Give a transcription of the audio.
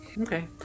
Okay